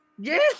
Yes